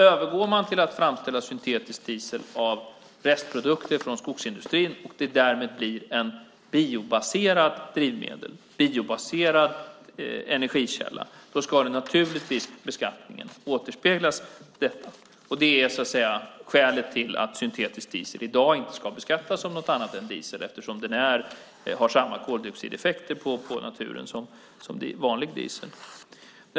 Övergår man till att framställa syntetisk diesel av restprodukter från skogsindustrin och det därmed blir ett biobaserat drivmedel, en biobaserad energikälla, ska beskattningen naturligtvis återspegla detta. Detta är skälet till att syntetisk diesel i dag inte ska beskattas som något annat än diesel eftersom den har samma koldioxideffekter på naturen som vanlig diesel.